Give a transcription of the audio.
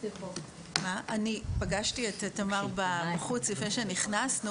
פגשתי את תמר בחוץ לפני שנכנסנו.